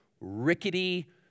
rickety